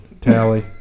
Tally